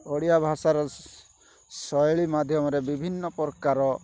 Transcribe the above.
ଓଡ଼ିଆଭାଷାର ଶୈଳୀ ମାଧ୍ୟମରେ ବିଭିନ୍ନ ପ୍ରକାର